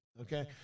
okay